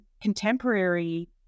contemporary